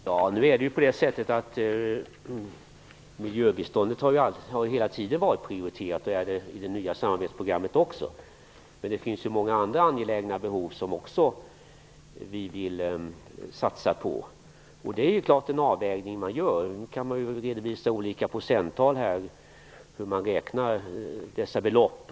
Herr talman! Miljöbiståndet har hela tiden varit prioriterat, också i det nya samarbetsprogrammet. Men det finns många andra angelägna saker som vi vill satsa på. Det sker en avvägning. Nog kan vi redovisa olika procenttal här, hur vi räknar dessa belopp.